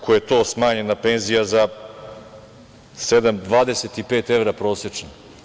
Kako je to smanjena penzija za 25 evra prosečno?